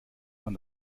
man